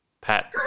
Pat